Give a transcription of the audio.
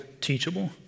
teachable